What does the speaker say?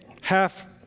half